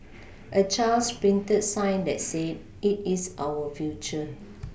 a child's printed sign that said it is our future